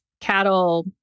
cattle